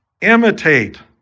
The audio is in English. imitate